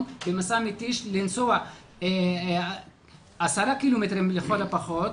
במסע מתיש לנסוע עשרה קילומטרים לכל הפחות.